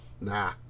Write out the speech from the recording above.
nah